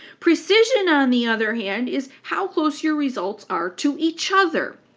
precision, on the other hand, is how close your results are to each other.